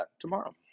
tomorrow